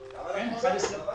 בפברואר.